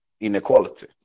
inequality